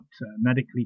medically